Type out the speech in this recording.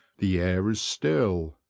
the air is still,